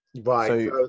right